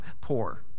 poor